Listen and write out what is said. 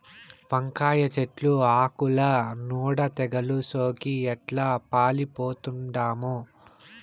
వంకాయ చెట్లు ఆకుల నూడ తెగలు సోకి ఎట్లా పాలిపోతండామో